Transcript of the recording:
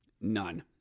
None